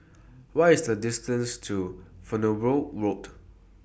What IS The distance to Farnborough Road